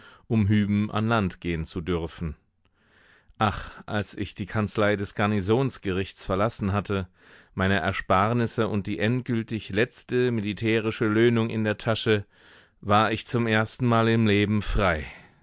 um hüben an land gehen zu dürfen ach als ich die kanzlei des garnisonsgerichts verlassen hatte meine ersparnisse und die endgültig letzte militärische löhnung in der tasche war ich zum erstenmal im leben frei